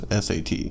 SAT